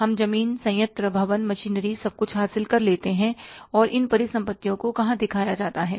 हम जमीन संयंत्र भवन मशीनरी सब कुछ हासिल कर लेते हैं और इन परिसंपत्तियों को कहां दिखाया जाता है